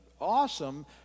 awesome